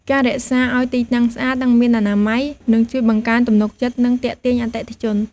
ការរក្សាឱ្យទីតាំងស្អាត និងមានអនាម័យ នឹងជួយបង្កើនទំនុកចិត្ត និងទាក់ទាញអតិថិជន។